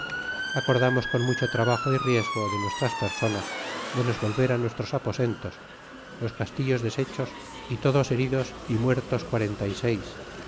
acordamos con mucho trabajo y riesgo de nuestras personas de nos volver á nuestros aposentos los castillos deshechos y todos heridos y muertos quarenta y seis